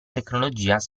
tecnologia